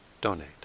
donate